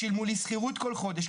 שילמו לי שכירות כל חודש,